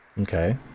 okay